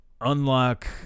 unlock